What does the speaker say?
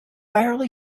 barely